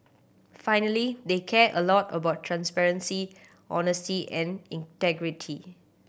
finally they care a lot about transparency honesty and integrity